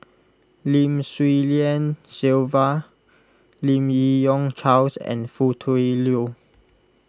Lim Swee Lian Sylvia Lim Yi Yong Charles and Foo Tui Liew